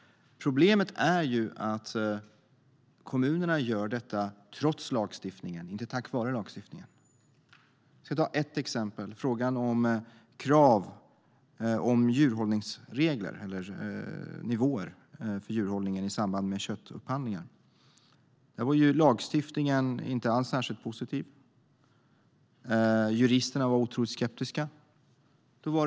Problemet är att kommunerna gör detta trots eller tack vare lagstiftningen. Jag ska nämna ett exempel som gäller krav på djurhållningsnivåer i samband med köttupphandlingar. Där var lagstiftningen inte alls särskilt positiv. Juristerna var otroligt skeptiska.